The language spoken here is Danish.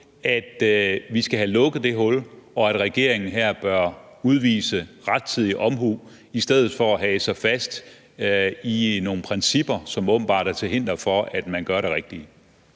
at vi skal have lukket det hul, og at regeringen her bør udvise rettidig omhu i stedet for at hage sig fast i nogle principper, som åbenbart er til hinder for, at man gør det rigtige?